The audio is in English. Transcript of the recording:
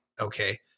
Okay